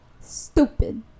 stupid